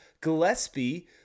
Gillespie